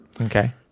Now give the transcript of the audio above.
Okay